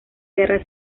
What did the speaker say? guerra